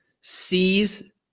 sees